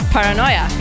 Paranoia